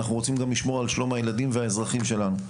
אנחנו רוצים גם לשמור על שלום הילדים והאזרחים שלנו.